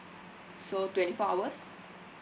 so twenty four hours